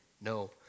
no